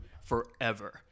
Forever